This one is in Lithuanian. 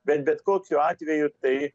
bet bet kokiu atveju tai